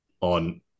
on